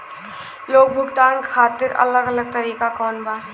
Loan भुगतान खातिर अलग अलग तरीका कौन बा?